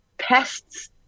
pests